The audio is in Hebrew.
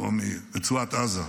או מרצועת עזה,